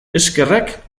eskerrak